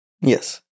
Yes